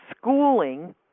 schooling